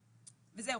וזהו,